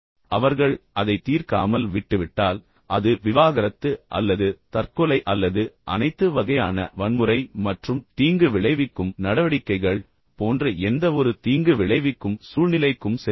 அவர்கள் அதை தீர்க்காமல் விட்டுவிட்டால் அது விவாகரத்து அல்லது தற்கொலை அல்லது அனைத்து வகையான வன்முறை மற்றும் தீங்கு விளைவிக்கும் நடவடிக்கைகள் போன்ற எந்தவொரு தீங்கு விளைவிக்கும் சூழ்நிலைக்கும் செல்லக்கூடும்